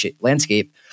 landscape